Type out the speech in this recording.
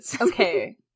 Okay